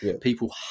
People